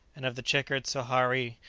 and of the checked sohari,